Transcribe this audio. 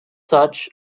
such